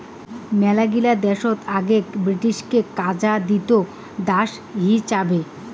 মেলাগিলা দেশত আগেক ব্রিটিশকে কাজা দিত দাস হিচাবে